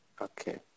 Okay